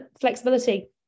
flexibility